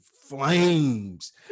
flames